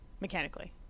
mechanically